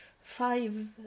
five